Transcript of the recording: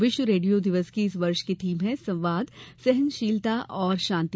विश्व रेडियो दिवस की इस वर्ष की थीम है संवाद सहनशीलता और शांति